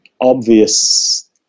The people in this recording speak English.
obvious